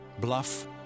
bluff